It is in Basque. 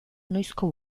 noizko